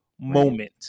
moment